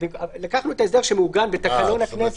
לקחנו את ההסדר שמעוגן בתקנון הכנסת.